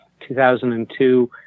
2002